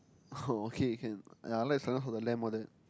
oh okay can ya I like Silence-of-the-Lamb all that